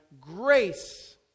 grace